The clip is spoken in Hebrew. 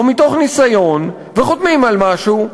או מתוך חוסר ניסיון וחותמים על משהו,